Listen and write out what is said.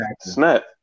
snap